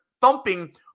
thumping